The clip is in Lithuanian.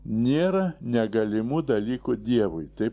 nėra negalimų dalykų dievui taip